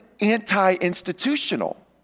anti-institutional